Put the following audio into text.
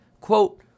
quote